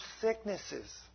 sicknesses